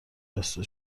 بسته